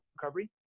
recovery